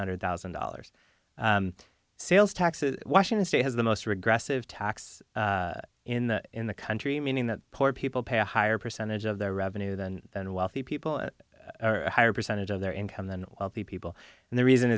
hundred thousand dollars sales tax in washington state has the most regressive tax in the in the country meaning that poor people pay a higher percentage of their revenue than than wealthy people higher percentage of their income than wealthy people and the reason